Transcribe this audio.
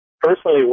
personally